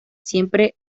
siempre